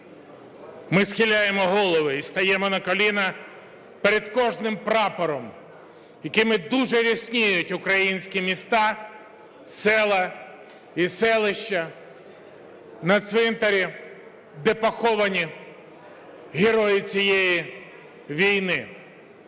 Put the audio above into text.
Ми схиляємо голови і стаємо на коліна перед кожним прапором, якими дуже рясніють українські міста, села і селища на цвинтарі, де поховані герої цієї війни.